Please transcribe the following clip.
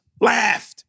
laughed